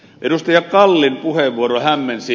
edustaja kallin puheenvuoro hämmensi